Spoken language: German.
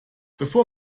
bevor